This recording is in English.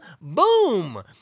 Boom